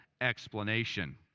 explanation